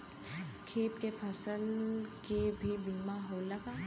खेत के फसल के भी बीमा होला का?